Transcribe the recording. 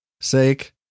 sake